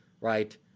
right